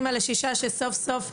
אמא לשישה שסוף סוף,